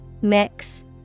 Mix